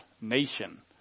nation